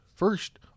First